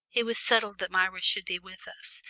it was settled that myra should be with us,